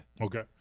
Okay